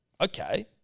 Okay